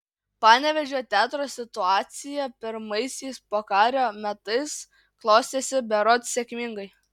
panevėžio teatro situacija pirmaisiais pokario metais klostėsi berods sėkmingai